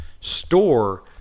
store